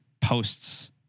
posts